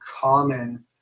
common